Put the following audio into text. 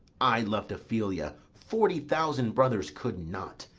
i lov'd ophelia forty thousand brothers could not,